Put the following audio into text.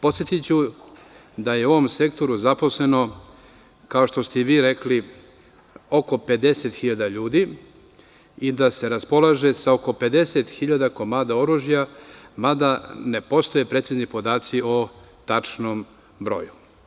Podsetiću da je u ovom sektoru zaposleno, kao što ste i vi rekli, oko 50.000 ljudi i da se raspolaže sa oko 50.000 komada oružja, mada ne postoje precizni podaci o tačnom broju.